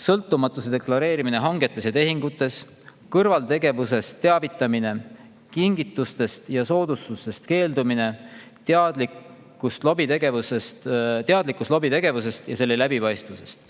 sõltumatuse deklareerimine hangetes ja tehingutes, kõrvaltegevusest teavitamine, kingitustest ja soodustustest keeldumine, teadlikkus lobitegevusest ja selle läbipaistvusest.